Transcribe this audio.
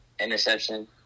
interception